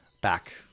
back